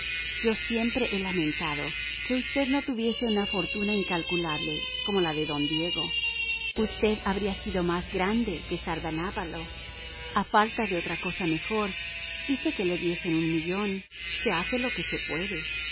yo siempre he lamentado que usted no tuviese una fortuna incalculable como la de don diego usted habría sido más grande que sardanápalo a falta de otra cosa mejor hice que le diesen un millón se hace lo que se puede